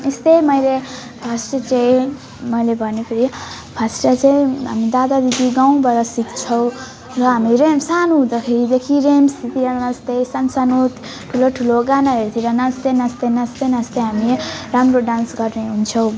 यस्तै मैले first day चाहिँ मैले भने चाहिँ हामी दादा दिदी गाउँबाट सिक्छौँ र हामी हामी सानो हुँदाखेरि देखि र्याम्सतिर नाच्दै सान्सानो ठुलो ठुलो गानाहरूतिर नाच्दै नाच्दै नाच्दै नाच्दै हामी राम्रो डान्स गर्ने हुन्छौँ